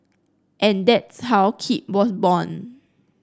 and that's how Keep was born